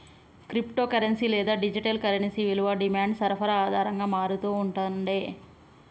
crypto currency లేదా digital currency విలువ demand, సరఫరా ఆధారంగా మారతూ ఉంటుండే